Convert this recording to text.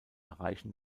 erreichen